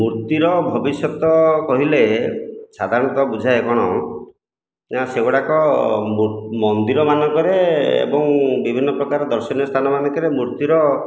ମୂର୍ତ୍ତିର ଭବିଷ୍ୟତ କହିଲେ ସାଧାରଣତଃ ବୁଝାଏ କ'ଣ ନା ସେଗୁଡ଼ାକ ମନ୍ଦିର ମାନଙ୍କରେ ଏବଂ ବିଭିନ୍ନ ପ୍ରକାର ଦର୍ଶନୀୟ ସ୍ଥାନ ମାନଙ୍କରେ ମୂର୍ତ୍ତିର